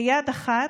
כיד אחת,